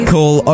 Call